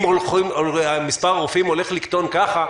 אם מספר הרופאים הולך לקטון כך,